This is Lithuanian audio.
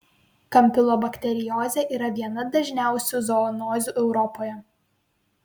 kampilobakteriozė yra viena dažniausių zoonozių europoje